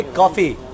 coffee